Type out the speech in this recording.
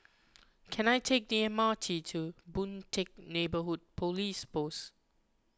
can I take the M R T to Boon Teck Neighbourhood Police Post